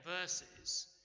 verses